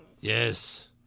Yes